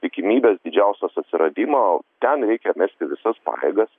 tikimybės didžiausios atsiradimo ten reikia mesti visas pajėgas